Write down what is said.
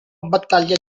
battaglia